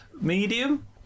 medium